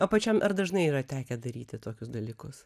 o pačiam ar dažnai yra tekę daryti tokius dalykus